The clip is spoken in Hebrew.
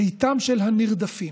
ביתם של הנרדפים,